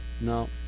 no